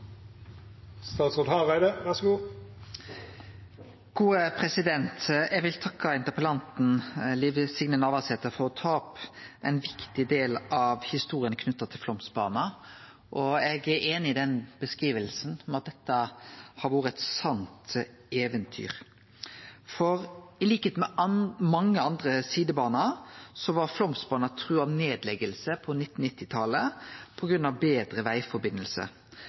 Eg vil takke interpellanten, Liv Signe Navarsete, for å ta opp ein viktig del av historia knytt til Flåmsbana. Eg er einig i beskrivinga av at dette har vore eit sant eventyr, for til liks med mange andre sidebaner var Flåmsbana trua av nedlegging på 1990-talet på grunn av betre